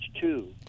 two